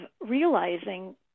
realizing